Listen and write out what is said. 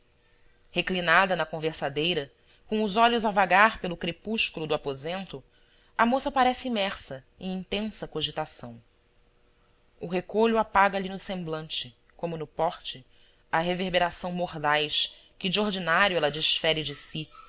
reclinada na conversadeira com os olhos a vagar pelo crepúsculo do aposento a moça parece imersa em intensa cogitação o recolho apaga lhe no semblante como no porte a reverberação mordaz que de ordinário ela desfere de si